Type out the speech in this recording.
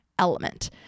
element